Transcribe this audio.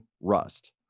Rust